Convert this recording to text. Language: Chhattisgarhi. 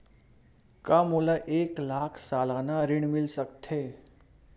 का मोला एक लाख सालाना ऋण मिल सकथे?